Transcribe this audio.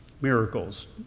miracles